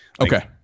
Okay